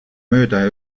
mööda